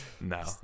No